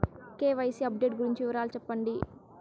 KYC update గురించి వివరాలు సెప్పండి?